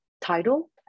title